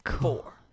four